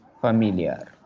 familiar